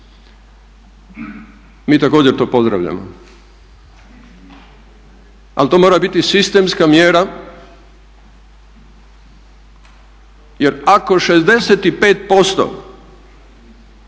mi također to pozdravljamo ali to mora biti sistemska mjera jer ako 65%,